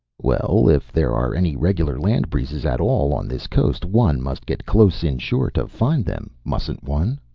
well if there are any regular land breezes at all on this coast one must get close inshore to find them, mustn't one?